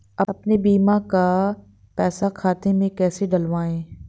अपने बीमा का पैसा खाते में कैसे डलवाए?